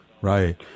Right